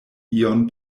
ion